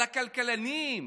על הכלכלנים?